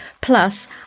Plus